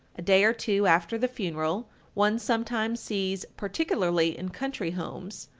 a day or two after the funeral one sometimes sees, particularly in country homes,